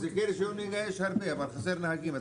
מחזיקי רישיון נהיגה יש הרבה, אבל חסר נהגים.